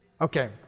okay